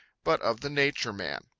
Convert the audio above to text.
but of the nature man.